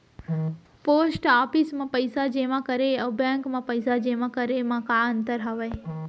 post office मा पइसा जेमा करे अऊ बैंक मा पइसा जेमा करे मा का अंतर हावे